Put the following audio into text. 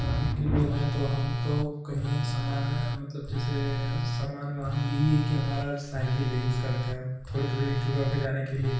हम ग्रामीण के लोग हैं तो कहीं सामान्य मतलब जैसे समान उमान यही है की हमारा साइकिल ही यूज करते हैं हम थोड़े थोड़े जगहों पर जाने के लिए